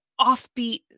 offbeat